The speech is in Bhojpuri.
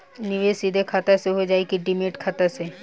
निवेश सीधे खाता से होजाई कि डिमेट खाता से?